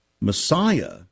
Messiah